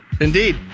Indeed